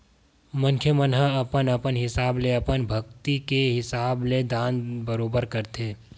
मनखे मन ह अपन अपन हिसाब ले अपन सक्ति के हिसाब ले दान बरोबर करथे